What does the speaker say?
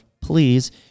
please